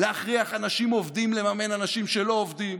להכריח אנשים עובדים לממן אנשים שלא עובדים,